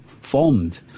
formed